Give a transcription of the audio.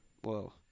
Whoa